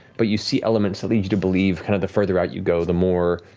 but you see elements that lead you to believe kind of the further out you go, the more